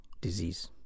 disease